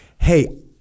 Hey